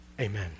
Amen